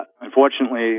Unfortunately